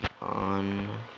on